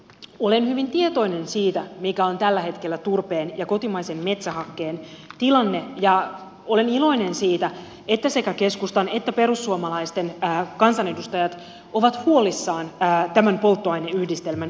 olen hyvin tietoinen siitä mikä on tällä hetkellä turpeen ja kotimaisen metsähakkeen tilanne ja olen iloinen siitä että sekä keskustan että perussuomalaisten kansanedustajat ovat huolissaan tämän polttoaineyhdistelmän kilpailutilanteesta